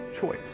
choice